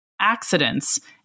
accidents